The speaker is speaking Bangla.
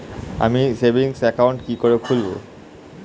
আমি সেভিংস অ্যাকাউন্ট কি করে খুলব?